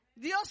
Dios